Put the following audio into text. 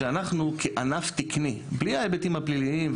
שאנחנו כענף תקני - בלי ההיבטים הפליליים,